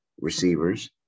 receivers